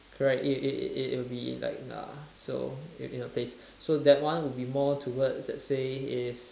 correct it it it it will be like nah so in a in a place so that one will be more towards let's say if